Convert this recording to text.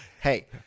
Hey